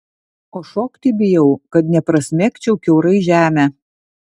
o šokti bijau kad neprasmegčiau kiaurai žemę